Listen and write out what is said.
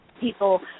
people